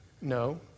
No